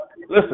Listen